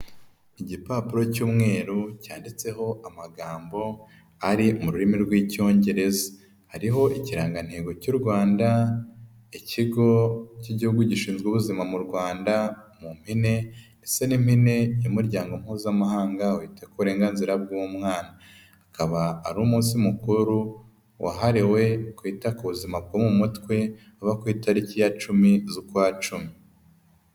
Igipapuro cy'umweru cyanditseho amagambo ari mu rurimi rw'icyongereza, hariho ikirangantego cy'u Rwanda, ikigo cy'igihugu gishinzwe ubuzima mu Rwanda mu mpine, ndetse n'impine y'umuryango mpuzamahanga wita ku uburenganzira bw'umwana, akaba ari umunsi mukuru wahariwe kwita ku buzima bwo mu mutwe uba ku itariki ya cumi z'ukwa cumi.